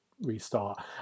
Restart